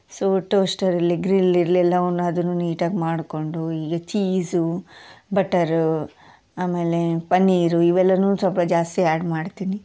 so toaster ಇರಲಿ grill ಇರಲಿ ಎಲ್ಲವನ್ನೂ ಅದು ನೀಟಾಗಿ ಮಾಡಿಕೊಂಡು ಹೀಗೆ ಚೀಸು ಬಟರು ಆಮೇಲೆ ಪನ್ನೀರು ಇವೆಲ್ಲನೂ ಸ್ವಲ್ಪ ಜಾಸ್ತಿ ಆ್ಯಡ್ ಮಾಡ್ತೀನಿ